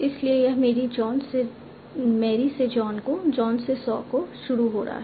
इसलिए यह मैरी से जॉन को जॉन से सॉ को शुरू हो रहा है